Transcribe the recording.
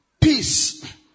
peace